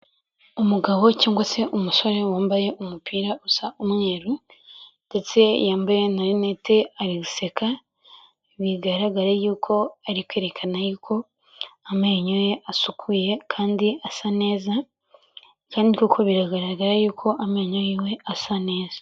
Umugabo cyangwa se umusore wambaye umupira usa umweru ndetse yambaye na lunette ariguseka. Bigaragara yuko arikwerekana yuko amenyo ye asukuye kandi asa neza. Kandi koko biragaragara yuko amenyo yiwe asa neza.